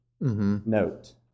note